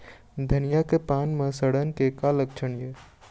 धनिया के पान म सड़न के का लक्षण ये?